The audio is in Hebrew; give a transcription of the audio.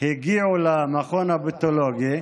הגיעו למכון הפתולוגי,